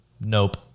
nope